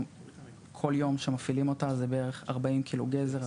כל יום שמפעילים אותה זה בערך 40 קילו גזר,